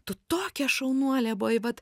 tu tokia šaunuolė buvai vat